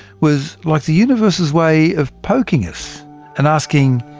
was like the universe's way of poking us and asking,